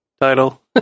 title